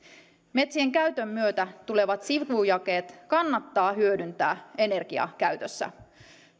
metsienkäytön myötä tulevat sivujakeet kannattaa hyödyntää energiakäytössä